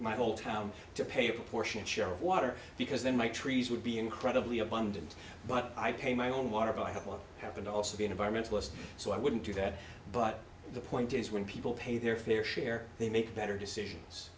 my whole town to pay a proportionate share of water because then my trees would be incredibly abundant but i pay my own water by what happened also be an environmentalist so i wouldn't do that but the point is when people pay their fair share they make better decisions